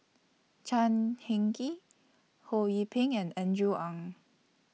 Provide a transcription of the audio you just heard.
Chan Heng Chee Ho Yee Ping and Andrew Ang